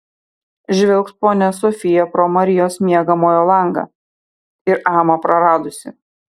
žvilgt ponia sofija pro marijos miegamojo langą ir amą praradusi